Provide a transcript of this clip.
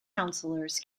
councilors